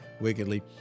wickedly